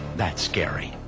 that's scary.